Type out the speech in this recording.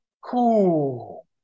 Cool